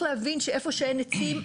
להבין שאיפה שאין עצים,